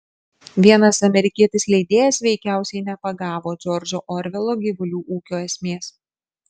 vienas amerikietis leidėjas veikiausiai nepagavo džordžo orvelo gyvulių ūkio esmės